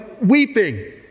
weeping